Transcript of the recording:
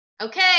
okay